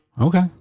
Okay